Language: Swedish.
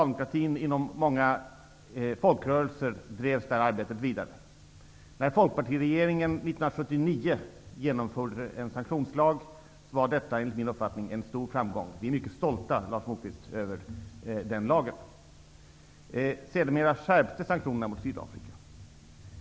Detta arbete drevs vidare inom socialdemokratin och inom många folkrörelser. Det var enligt min uppfattning en stor framgång när Folkpartiregeringen 1979 drev igenom en sanktionslag.